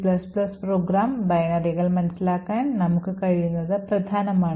C C program ബൈനറികൾ മനസിലാക്കാൻ നമുക്ക് കഴിയുന്നത് പ്രധാനമാണ്